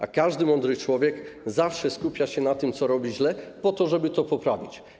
A przecież każdy mądry człowiek zawsze skupia się na tym, co robi źle, po to żeby to poprawić.